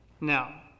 Now